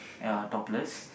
are topless